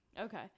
Okay